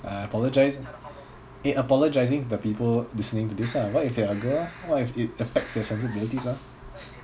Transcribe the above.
apologise eh apologising to the people listening to this ah what if they are a girl ah what if it affects their sensitivities ah